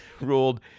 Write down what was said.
ruled